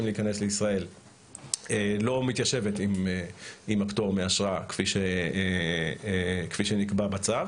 להיכנס לישראל לא מתיישבת עם הפטור מאשרה כפי שנקבע בצו.